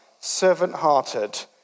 servant-hearted